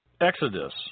exodus